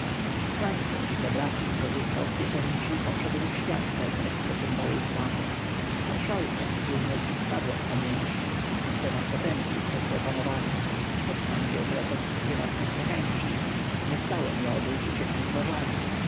kanclerz zabrawszy co zyskał z pieczęci poszedł w świat czekać co się dalej stanie marszałkom czujność wypadła z pamięci senat potępił przeszłe panowanie hetman wziął pretext prywatnych niechęci nie stało miodu uciekli